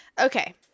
Okay